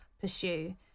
pursue